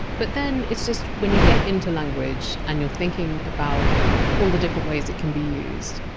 but then it's just when you get into language and you're thinking about all the different ways that can be used,